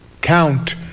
count